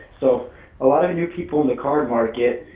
so a lot of new people in the card market,